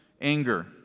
anger